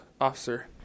officer